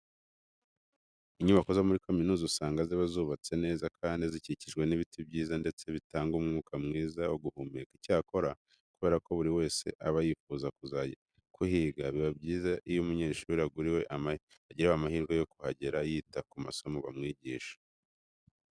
Inyubako zo muri kaminuza usanga ziba zubatse neza kandi zikikijwe n'ibiti byiza ndetse bitanga umwuka mwiza wo guhumeka. Icyakora kubera ko buri wese aba yifuza kuzajya kuhiga, biba byiza iyo umunyeshuri ugiriwe amahirwe yo kuhagera yita ku masomo bamwigisha.